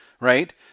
right